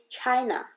China 。